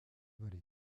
vallées